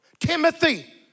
Timothy